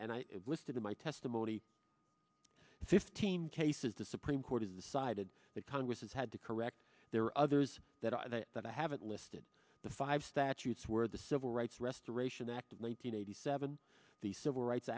and i listed in my testimony fifteen cases the supreme court has decided that congress has had to correct there are others that i that i haven't listed the five statutes where the civil rights restoration act of one thousand nine hundred seven the civil rights